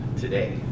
today